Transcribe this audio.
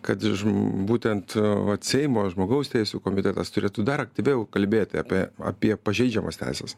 kad žm būtent seimo žmogaus teisių komitetas turėtų dar aktyviau kalbėti apie apie pažeidžiamas teises